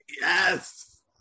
Yes